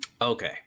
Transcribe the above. Okay